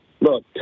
Look